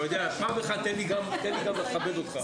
פעם אחת תן לי גם לכבד אותך.